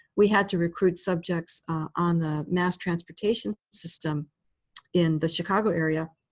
we had to recruit subjects on the mass transportation system in the chicago area.